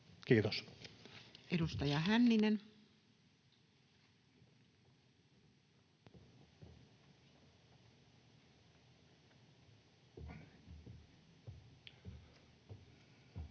Kiitos. Edustaja Hänninen.